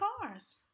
cars